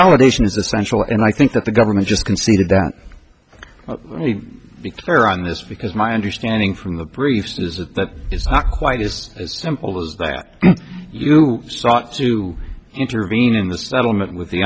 and i think that the government just conceded that we are on this because my understanding from the briefs is that it's not quite as simple as that you sought to intervene in the settlement with the